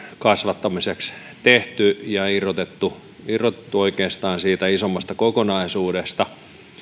kasvattamiseksi tehty ja irrotettu irrotettu oikeastaan siitä isommasta kokonaisuudesta